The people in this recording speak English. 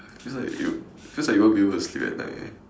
it's just like you just like you won't be able to sleep at night eh